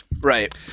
Right